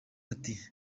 ati